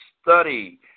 study